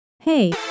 Hey